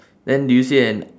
then do you see an